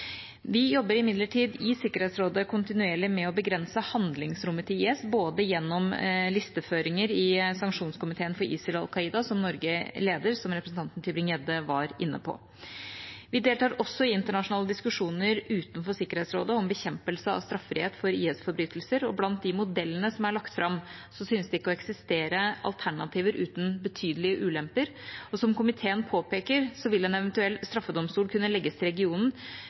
Vi jobber imidlertid i Sikkerhetsrådet kontinuerlig med å begrense handlingsrommet til IS, både gjennom listeføringer i sanksjonskomiteen for ISIL og Al Qaida, som Norge leder, som representanten Tybring-Gjedde var inne på, og vi deltar også i diskusjoner utenfor Sikkerhetsrådet om bekjempelse av straffrihet for IS-forbrytelser. Blant de modellene som er lagt fram, synes det ikke å eksistere alternativer uten betydelige ulemper. Som komiteen påpeker, vil en eventuell straffedomstol kunne legges til regionen